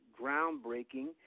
groundbreaking